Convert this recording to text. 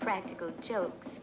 practical jokes